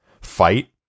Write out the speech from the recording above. fight